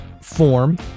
form